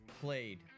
played